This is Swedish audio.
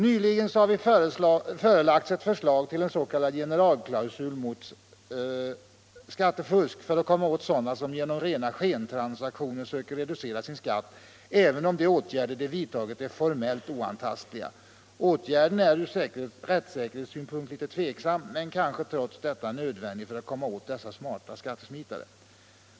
Nyligen har vi förelagts ett förslag till en s.k. generalklausul mot skattefusk för att komma åt sådana som genom rena skentransaktioner söker reducera sin skatt, även om de åtgärder de vidtagit är formellt oantastliga. Åtgärden är ur rättssäkerhetssynpunkt litet tvivelaktig, men den är kanske trots detta hödvändig för att man skall komma åt dessa smarta skattesmitare.